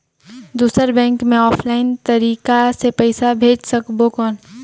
दुसर बैंक मे ऑफलाइन तरीका से पइसा भेज सकबो कौन?